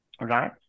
right